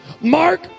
Mark